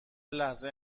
لحظه